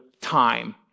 time